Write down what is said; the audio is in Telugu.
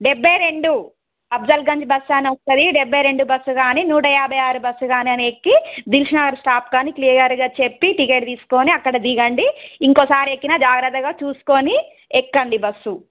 డెబ్బై రెండు అఫ్జల్ గంజ్ బస్సు అని వస్తుంది డెబ్బై రెండు బస్సు కానీ నూట యాభై ఆరు బస్సు కానీ అని ఎక్కి దిల్సుఖ్నగర్ స్టాప్ అని క్లియర్గా చెప్పి టిక్కెట్ తీసుకొని అక్కడ దిగండి ఇంకోసారి ఎక్కిన జాగ్రత్తగా చూసుకొని ఎక్కండి బస్సు